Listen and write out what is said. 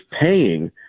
paying